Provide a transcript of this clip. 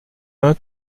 main